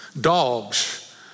dogs